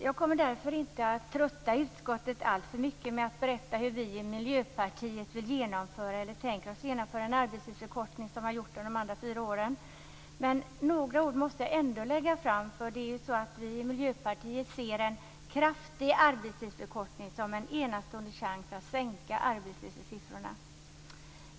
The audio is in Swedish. Jag kommer därför inte att trötta utskottet alltför mycket med att berätta hur vi i Miljöpartiet vill genomföra en arbetstidsförkortning, som jag har gjort under de gångna fyra åren. Men några ord måste jag ändå lägga fram, eftersom vi i Miljöpartiet ser en kraftig arbetstidsförkortning som en enastående chans att sänka arbetslöshetssiffrorna.